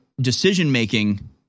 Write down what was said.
decision-making